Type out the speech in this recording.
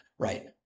right